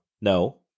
No